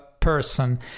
Person